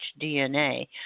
DNA